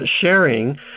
sharing